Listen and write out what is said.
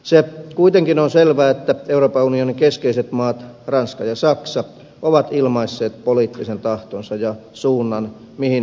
se kuitenkin on selvää että euroopan unionin keskeiset maat ranska ja saksa ovat ilmaisseet poliittisen tahtonsa ja suunnan mihin haluavat edetä